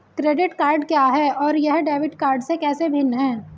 Credit card क्या है और यह डेबिट कार्ड से कैसे भिन्न है?